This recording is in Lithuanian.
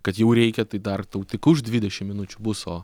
kad jau reikia tai dar tau tik už dvidešim minučių bus o